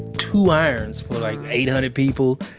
two irons for like eight hundred people.